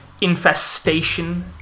infestation